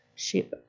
ship